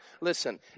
listen